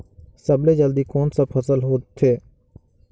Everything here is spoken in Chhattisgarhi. सबले जल्दी कोन सा फसल ह होथे?